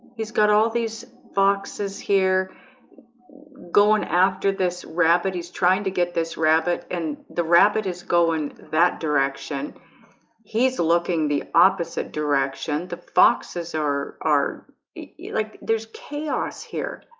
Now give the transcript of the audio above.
he's got all these boxes here going after this rapid. he's trying to get this rabbit and the rabbit is going that direction he's looking the opposite direction. the foxes are are yeah like there's chaos here.